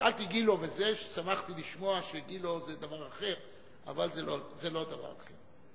שמחתי לשמוע שגילה זה דבר אחר, אבל זה לא דבר אחר.